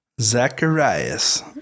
Zacharias